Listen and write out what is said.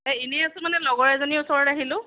এই এনেই আছোঁ মানে লগৰ এজনীৰ ওচৰত আহিলোঁ